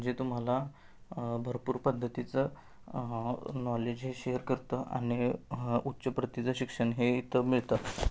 जे तुम्हाला भरपूर पद्धतीचं नॉलेज हे शेअर करतं आणि उच्च प्रतीचं शिक्षण हे इथं मिळतं